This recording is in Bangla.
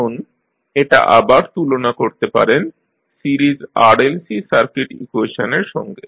এখন এটা আবার তুলনা করতে পারেন সিরিজ RLC সার্কিট ইকুয়েশনের সঙ্গে